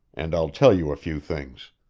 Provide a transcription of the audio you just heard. and i'll tell you a few things.